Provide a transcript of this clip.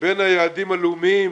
בין היעדים הלאומיים